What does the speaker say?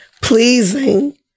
pleasing